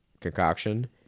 concoction